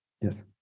yes